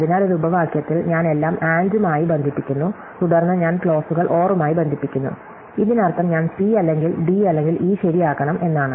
അതിനാൽ ഒരു ഉപവാക്യത്തിൽ ഞാൻ എല്ലാം AND മായി ബന്ധിപ്പിക്കുന്നു തുടർന്ന് ഞാൻ ക്ലോസുകൾ OR മായി ബന്ധിപ്പിക്കുന്നു ഇതിനർത്ഥം ഞാൻ C അല്ലെങ്കിൽ D അല്ലെങ്കിൽ E ശെരി ആക്കണം എന്നാണ്